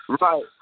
Right